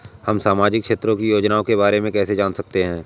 हम सामाजिक क्षेत्र की योजनाओं के बारे में कैसे जान सकते हैं?